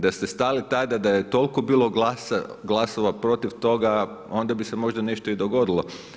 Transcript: Da ste stali tada, da je toliko bilo glasova protiv toga, onda bi se možda nešto i dogodilo.